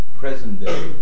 present-day